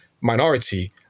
minority